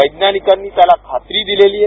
दैज्ञानिकांनी त्याला खात्री दिलेली आहे